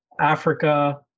Africa